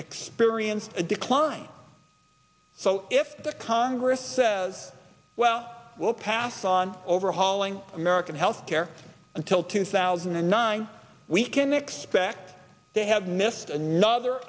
experienced a decline so if the congress says well we'll pass on overhauling american health care until two thousand and nine we can expect to have missed another